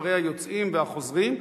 מספרי היוצאים והחוזרים,